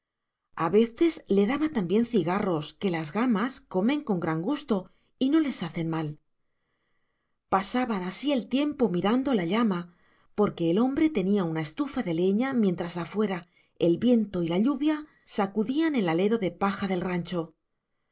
a veces le daba también cigarros que las gamas comen con gran gusto y no les hacen mal pasaban así el tiempo mirando la llama porque el hombre tenía una estufa de leña mientras afuera el viento y la lluvia sacudían el alero de paja del rancho